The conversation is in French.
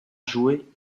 jouer